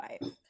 life